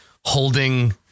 holding